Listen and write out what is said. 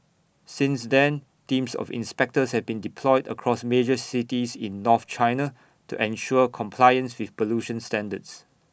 since then teams of inspectors have been deployed across major cities in north China to ensure compliance with pollution standards